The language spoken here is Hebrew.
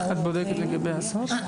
את בודקת לגבי הסעות?